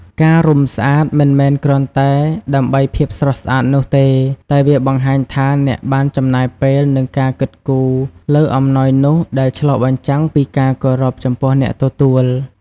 ការរុំស្អាតមិនមែនគ្រាន់តែដើម្បីភាពស្រស់ស្អាតនោះទេ តែវាបង្ហាញថាអ្នកបានចំណាយពេល និងការគិតគូរលើអំណោយនោះ ដែលឆ្លុះបញ្ចាំងពីការគោរពចំពោះអ្នកទទួល។